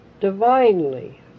Divinely